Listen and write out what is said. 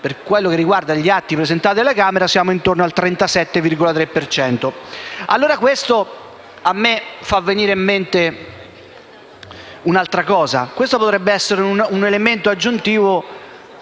per quanto riguarda gli atti presentati alla Camera siamo intorno al 37,3 per cento. E ciò mi fa venire in mente un'altra cosa. Questo dovrebbe essere un elemento aggiuntivo